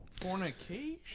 Fornication